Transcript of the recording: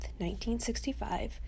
1965